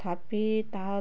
ତଥାପି ତାହା